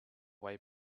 way